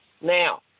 Now